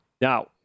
Now